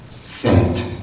sent